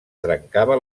trencava